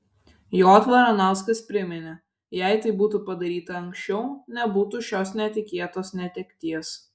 j varanauskas priminė jei tai būtų padaryta anksčiau nebūtų šios netikėtos netekties